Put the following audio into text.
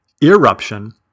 eruption